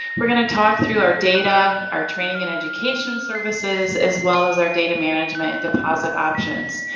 we're going to talk through our data, our training and education services, as well as our data management and deposit options.